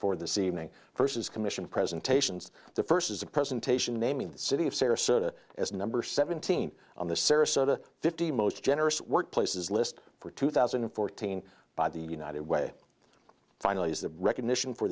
for this evening versus commission presentations the first is a presentation naming the city of sarasota as number seventeen on the sarasota fifty most generous workplaces list for two thousand and fourteen by the united way finalize the recognition for